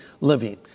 living